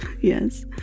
Yes